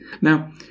Now